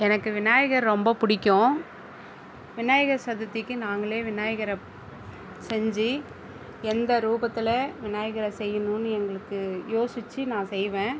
எனக்கு விநாயகர் ரொம்ப பிடிக்கும் விநாயகர் சதுர்த்திக்கு நாங்களே விநாயகரை செஞ்சு எந்த ரூபத்தில் விநாயகரை செய்யணும்னு எங்களுக்கு யோசித்து நான் செய்வேன்